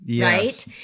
Right